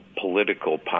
political